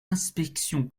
inspection